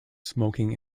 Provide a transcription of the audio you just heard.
smoking